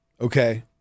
okay